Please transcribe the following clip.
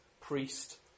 priest